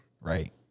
Right